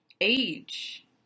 age